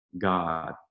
God